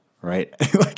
right